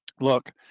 Look